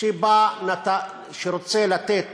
שרוצה לתת